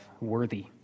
worthy